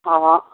ओ